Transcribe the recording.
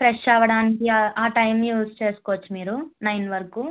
fresh అవ్వటానికి ఆ time use చేసుకోవచ్చు మీరు నైన్ వరకు